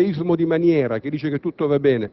Questo non implica un europeismo di maniera che dice che tutto va bene.